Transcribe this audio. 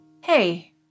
Hey